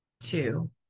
two